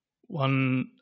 One